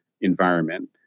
environment